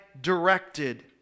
directed